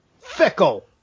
fickle